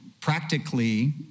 practically